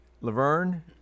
Laverne